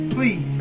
Please